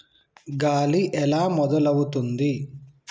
గాలి ఎలా మొదలవుతుంది?